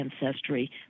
ancestry